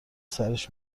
سرش